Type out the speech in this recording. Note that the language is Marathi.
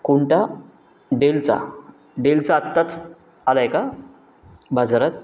कोणता डेलचा डेलचा आत्ताच आला आहे का बाजारात